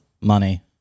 money